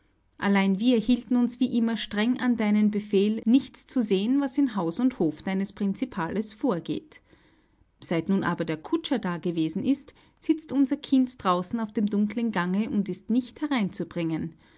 allein wir hielten uns wie immer streng an deinen befehl nichts zu sehen was in haus und hof deines prinzipales vorgeht seit nun aber der kutscher dagewesen ist sitzt unser kind draußen auf dem dunklen gange und ist nicht hereinzubringen